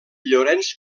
llorenç